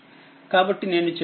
కాబట్టినేను చెప్పాను vv1v2